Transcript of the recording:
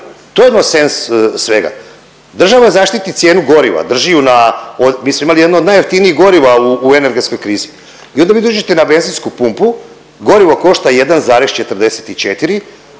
to je nonsens svega, država zaštiti cijenu goriva drži ju, mi smo imali jedno od najjeftinijih goriva u energetskoj krizi i onda vi dođete na benzinsku pumpu gorivo košta 1,44,